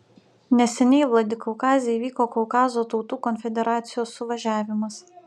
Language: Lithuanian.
neseniai vladikaukaze įvyko kaukazo tautų konfederacijos suvažiavimas